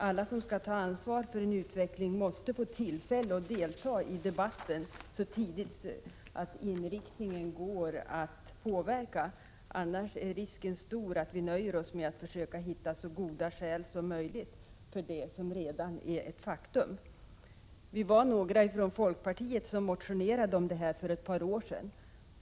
Alla som skall ta ansvar för en utveckling måste få tillfälle att delta i debatten så tidigt att inriktningen går att påverka, annars är risken stor att vi nöjer oss med att försöka hitta så goda skäl som möjligt för det som redan är ett faktum. Vi var några folkpartister som motionerade om det här för ett par år sedan.